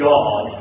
God